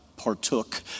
partook